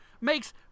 makes